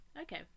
okay